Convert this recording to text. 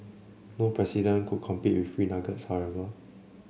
no president could compete with free nuggets however